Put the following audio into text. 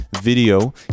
video